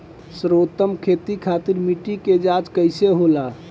सर्वोत्तम खेती खातिर मिट्टी के जाँच कइसे होला?